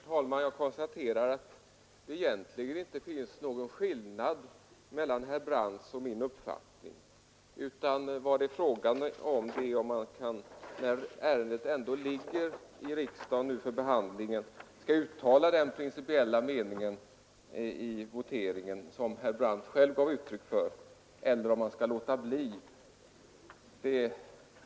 Herr talman! Jag konstaterar att det egentligen inte finns någon skillnad mellan herr Brandts och min uppfattning. Vad frågan gäller är om man, när ärendet nu ändå ligger i riksdagen för behandling, skall i voteringen uttala den principiella mening som herr Brandt själv gav uttryck för eller om man skall låta bli det.